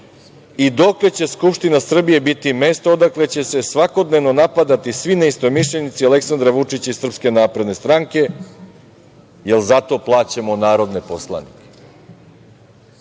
i dokle će Skupština Srbije biti mesto odakle će se svakodnevno napadati svi neistomišljenici Aleksandra Vučića i SNS, jel zato plaćamo narodne poslanike? Gde